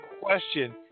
question